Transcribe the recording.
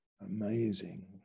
amazing